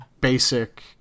basic